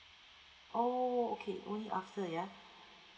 oh okay own after yeah